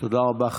תודה רבה.